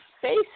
face